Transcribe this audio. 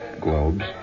globes